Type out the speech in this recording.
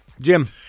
Jim